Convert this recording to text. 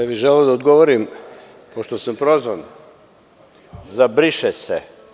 Ja bih želeo da odgovorim, pošto sam prozvan za „briše se“